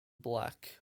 black